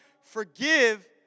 forgive